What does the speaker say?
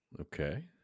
Okay